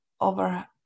over